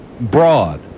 broad